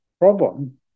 problem